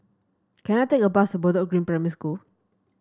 can I take a bus Bedok Green Primary School